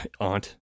aunt